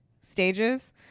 stages